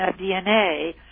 DNA